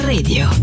Radio